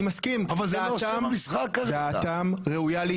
אני מסכים, דעתם ראויה להישמע.